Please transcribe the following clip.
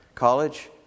college